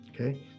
okay